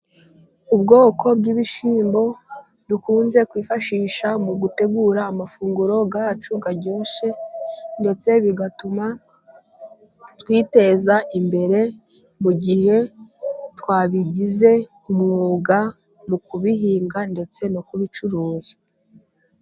Ubwoko bw'ibishyimbo dukunze kwifashisha mu gutegura amafunguro yacu aryoshye ndetse bigatuma twiteza imbere, mu gihe twabigize umwuga mu kubihinga ndetse no kubicuruza.